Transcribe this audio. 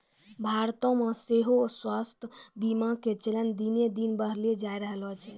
भारतो मे सेहो स्वास्थ्य बीमा के चलन दिने दिन बढ़ले जाय रहलो छै